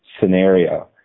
scenario